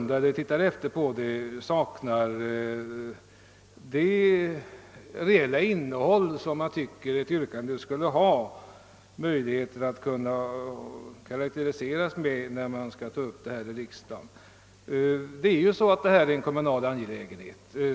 Detta yrkande saknar det reella innehåll som ett yrkande bör ha för att kunna tas upp i riksdagen. Det rör sig här om en kommunal angelägenhet.